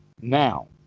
now